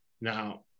Now